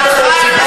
זו גם הסיבה,